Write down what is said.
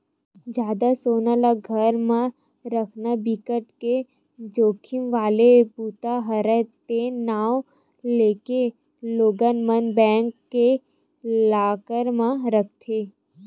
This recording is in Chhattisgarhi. जादा सोना ल घर म राखना बिकट के जाखिम वाला बूता हरय ते नांव लेके लोगन मन बेंक के लॉकर म राखथे